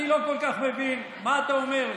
אני לא כל כך מבין מה אתה אומר,